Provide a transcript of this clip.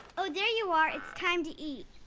oh, there you are. it's time to eat.